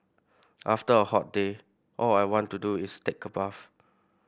after a hot day all I want to do is take a bath